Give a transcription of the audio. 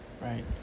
right